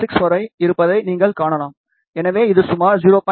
16 வரை இருப்பதை நீங்கள் காணலாம் எனவே இது சுமார் 0